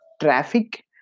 traffic